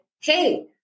hey